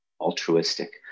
altruistic